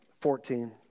fourteen